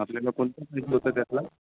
आपल्या कोणता सूट होतो त्यातला